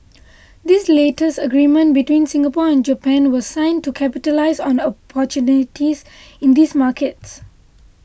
this latest agreement between Singapore and Japan was signed to capitalise on opportunities in these markets